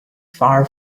far